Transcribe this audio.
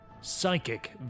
psychic